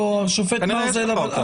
יש לי אותה.